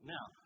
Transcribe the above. Now